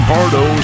Pardo